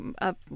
up